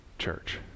church